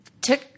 took